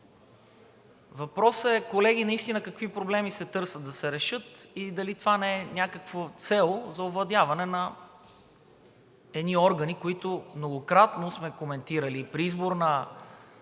Въпросът е, колеги, наистина какви проблеми се търсят да се решат и дали това не е някаква цел за овладяване на едни органи, които многократно сме коментирали. При избора на